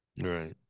right